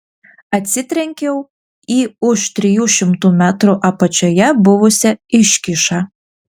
atsitrenkiau į už trijų šimtų metrų apačioje buvusią iškyšą